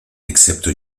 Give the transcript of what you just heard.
excepto